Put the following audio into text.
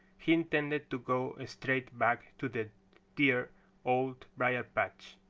he intended to go straight back to the dear old briar-patch.